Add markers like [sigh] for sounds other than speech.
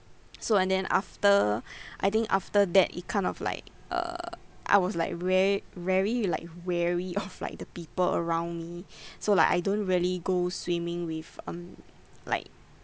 so and then after [breath] I think after that it kind of like err I was like ver~ very like wary of like the people around me [breath] so like I don't really go swimming with um like